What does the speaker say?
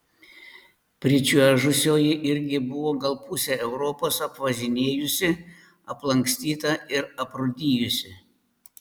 pričiuožusioji irgi buvo gal pusę europos apvažinėjusi aplankstyta ir aprūdijusi